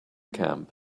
camp